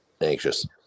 anxious